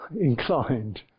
inclined